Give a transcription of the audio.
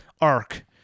arc